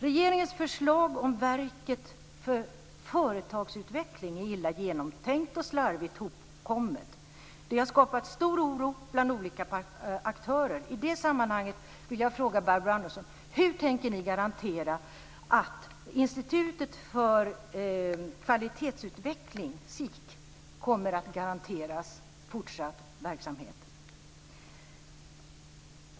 Regeringens förslag om verket för företagsutveckling är illa genomtänkt och slarvigt hopkommet. Det har skapat stor oro bland olika aktörer. I det sammanhanget vill jag fråga Barbro Andersson Öhrn: Hur tänker ni garantera att Institutet för Kvalitetsutveckling SIQ kommer att garanteras fortsatt verksamhet?